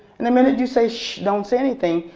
and the minute you say shh don't say anything,